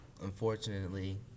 Unfortunately